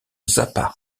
zappa